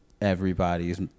everybody's